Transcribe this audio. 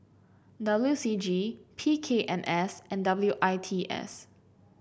W C G P K M S and W I T S